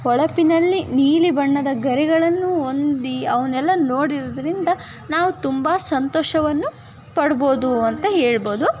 ಹೊಳಪಿನಲ್ಲಿ ನೀಲಿ ಬಣ್ಣದ ಗರಿಗಳನ್ನು ಹೊಂದಿ ಅವನ್ನೆಲ್ಲ ನೋಡುವ್ದ್ರಿಂದ ನಾವು ತುಂಬ ಸಂತೋಷವನ್ನು ಪಡ್ಬೌದು ಅಂತ ಹೇಳ್ಬೋದು